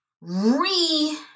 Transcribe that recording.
re